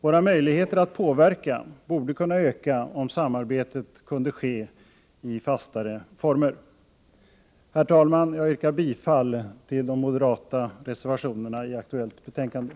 Våra möjligheter att påverka borde kunna öka om samarbetet kunde ske i fastare former. Herr talman! Jag yrkar bifall till de moderata reservationerna i det aktuella betänkandet.